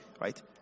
right